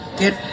get